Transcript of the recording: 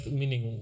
meaning